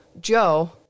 Joe